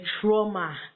trauma